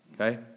Okay